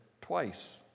twice